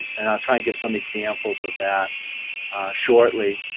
and i'll try and give some examples of that shortly.